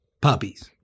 Puppies